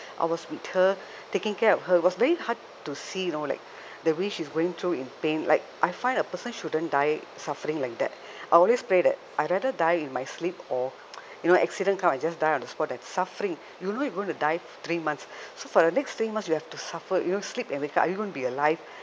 I was with her taking care of her it was very hard to see you know like the way she's going through in pain like I find a person shouldn't die suffering like that I'll always pray that I rather die in my sleep or you know accident come I just die on the spot that suffering you know you going to die three months so for the next three months you have to suffer you know sleep and wake up are you going to be alive